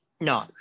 no